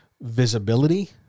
visibility